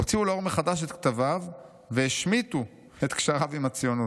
הוציאו לאור מחדש את כתביו והשמיטו את קשריו עם הציונות.